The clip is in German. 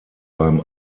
beim